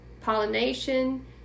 pollination